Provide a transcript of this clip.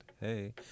Hey